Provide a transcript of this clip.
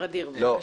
ע'דיר, בבקשה.